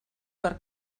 per